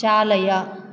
चालय